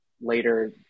later